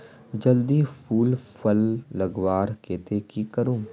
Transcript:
जल्दी फूल फल लगवार केते की करूम?